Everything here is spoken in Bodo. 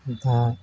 दा